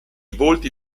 volti